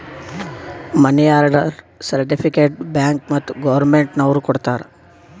ಮನಿ order certificate bank ಮತ್ತ್ government ನವ್ರು ಕೊಡ್ತಾರ